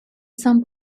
some